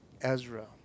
Ezra